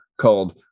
called